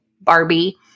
Barbie